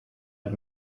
had